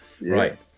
Right